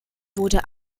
wurde